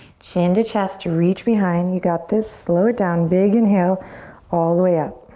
chin to chest, reach behind, you got this. slow it down. big inhale all the way up.